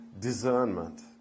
discernment